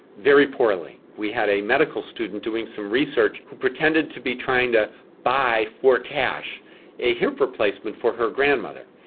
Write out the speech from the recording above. very poorly. we had a medical student doing some research who pretended to be trying to buy for cash a hip replacement for her grandmother,